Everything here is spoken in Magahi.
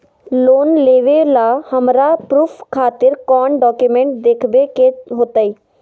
लोन लेबे ला हमरा प्रूफ खातिर कौन डॉक्यूमेंट देखबे के होतई?